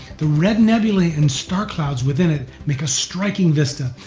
the red nebulae and star clouds within it make a striking vista,